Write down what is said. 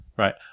Right